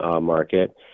market